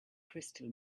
crystal